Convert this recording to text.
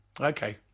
Okay